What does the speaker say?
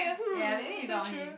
ya maybe in front of him